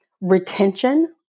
retention